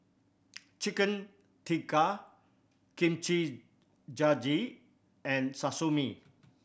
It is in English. Chicken Tikka Kimchi Jjigae and Sashimi